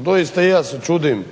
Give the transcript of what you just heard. doista i ja se čudim